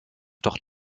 doch